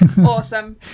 Awesome